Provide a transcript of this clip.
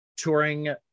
touring